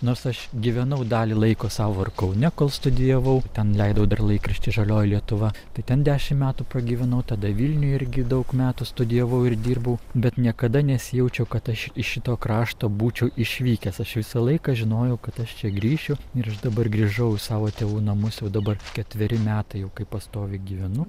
nors aš gyvenau dalį laiko sau ir kaune kol studijavau ten leidau dar laikraštį žalioji lietuva tai ten dešim metų pagyvenau tada vilniuj irgi daug metų studijavau ir dirbau bet niekada nesijaučiau kad aš iš šito krašto būčiau išvykęs aš visą laiką žinojau kad aš čia grįšiu ir aš dabar grįžau į savo tėvų namus jau dabar ketveri metai jau kai pastoviai gyvenu